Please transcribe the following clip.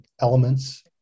elements